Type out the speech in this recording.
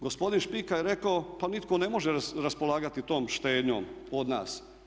Gospodin Špika je rekao pa nitko ne može raspolagati tom štednjom od nas.